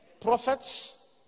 prophets